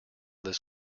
this